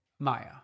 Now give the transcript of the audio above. Maya